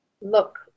look